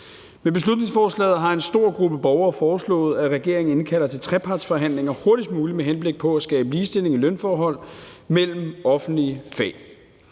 Med beslutningsforslaget har en stor gruppe borgere foreslået, at regeringen indkalder til trepartsforhandlinger hurtigst muligt med henblik på at skabe ligestilling i lønforhold mellem offentlige fag.